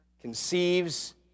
conceives